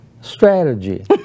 strategy